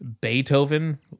beethoven